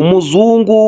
Umuzungu